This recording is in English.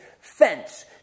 fence